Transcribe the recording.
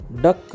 Duck